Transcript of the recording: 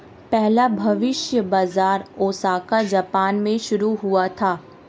पहला भविष्य बाज़ार ओसाका जापान में शुरू हुआ था